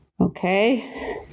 Okay